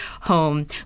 home